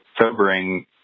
sobering